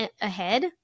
ahead